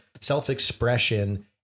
self-expression